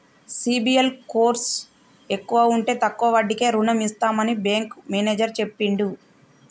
CIBIL score ఎక్కువ ఉంటే తక్కువ వడ్డీకే రుణం ఇస్తామని బ్యాంకు మేనేజర్ చెప్పిండు